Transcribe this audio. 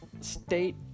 state